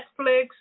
Netflix